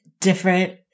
different